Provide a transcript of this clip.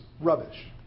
rubbish